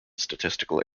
statistical